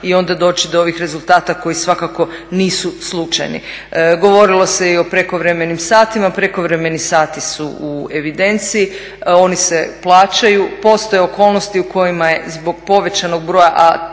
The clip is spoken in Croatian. i onda doći do ovih rezultata koji svakako nisu slučajni. Govorilo se i o prekovremenim satima, prekovremeni sati su evidenciji, oni se plaćaju, postoje okolnosti u kojima je zbog povećanog broja a